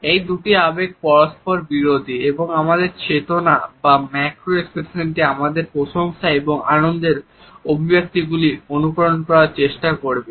এই দুটি আবেগ পরস্পরবিরোধী এবং আমাদের চেতনা বা ম্যাক্রো এক্সপ্রেশনটি আমাদের প্রশংসা এবং আনন্দের অভিব্যক্তিগুলি অনুকরণ করার চেষ্টা করবে